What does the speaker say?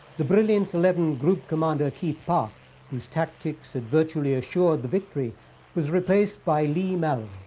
the brilliant eleven group commander keith parr whose tactics had virtually assured the victory was replaced by lee malin,